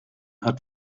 hat